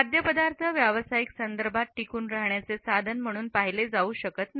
खाद्यपदार्थ व्यावसायिक संदर्भात टिकून राहण्याचे साधन म्हणून पाहिले जाऊ शकत नाही